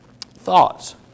Thoughts